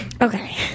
Okay